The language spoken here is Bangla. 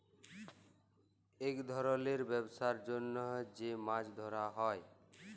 ইক ধরলের ব্যবসার জ্যনহ যে মাছ ধ্যরা হ্যয়